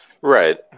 right